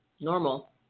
Normal